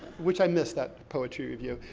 which, i miss that poetry review.